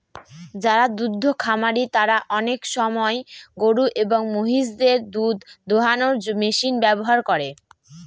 যারা দুদ্ধ খামারি তারা আনেক সময় গরু এবং মহিষদের দুধ দোহানোর মেশিন ব্যবহার করে